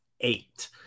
eight